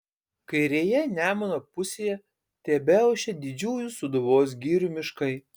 kairėje nemuno pusėje tebeošė didžiųjų sūduvos girių miškai